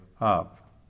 up